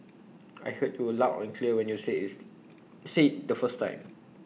I heard you loud and clear when you said it's said the first time